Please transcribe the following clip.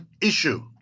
issue